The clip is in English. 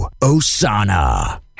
Osana